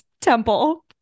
temple